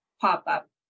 pop-up